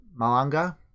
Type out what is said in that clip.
Malanga